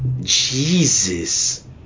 jesus